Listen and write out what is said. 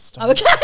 okay